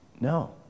No